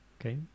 Okay